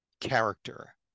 character